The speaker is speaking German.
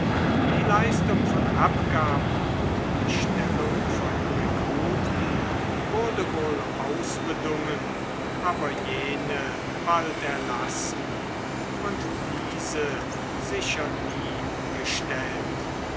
die leistung von abgaben und die stellung von rekruten wurde wohl ausbedungen aber jene bald erlassen und diese sicher nie gestellt